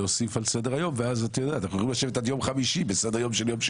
בסדר יום של יום חמישי.